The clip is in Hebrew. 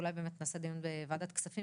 אולי באמת נעשה גם דיון בוועדת כספים